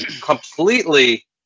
completely